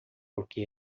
porque